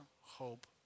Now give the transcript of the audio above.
hope